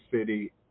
city